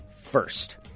first